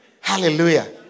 Hallelujah